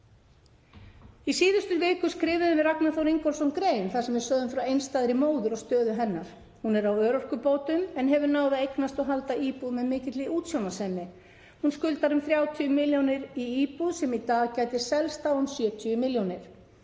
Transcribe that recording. Í síðustu viku skrifuðum við Ragnar Þór Ingólfsson grein þar sem við sögðum frá einstæðri móður og stöðu hennar. Hún er á örorkubótum en hefur náð að eignast og halda íbúð með mikilli útsjónarsemi. Hún skuldar um 30 milljónir í íbúð sem í dag gæti selst á um 70 milljónir.